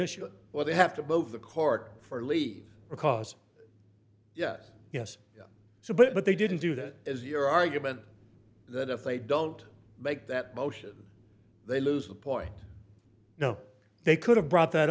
issue where they have to vote the court for leave because yes yes so but they didn't do that as your argument that if they don't make that motion they lose support you know they could have brought that